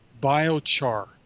biochar